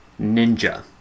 Ninja